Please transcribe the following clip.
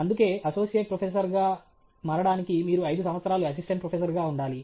అందుకే associate professor గా మారడానికి మీరు 5 సంవత్సరాలు అసిస్టెంట్ ప్రొఫెసర్ గా ఉండాలి